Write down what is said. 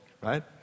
right